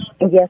Yes